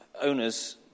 owners